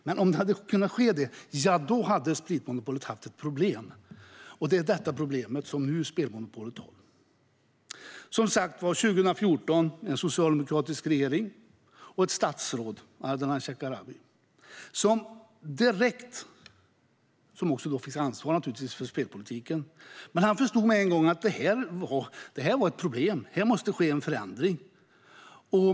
Men om det hade kunnat ske, ja, då hade spritmonopolet haft ett problem - och det är det problemet spelmonopolet har nu. Framåt till 2014. Vi hade en socialdemokratisk regering och ett statsråd, Ardalan Shekarabi, som ansvarade för spelpolitiken. Han förstod med en gång att det här var ett problem. Här måste det ske en förändring.